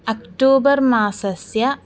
October मासस्य